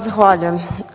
Zahvaljujem.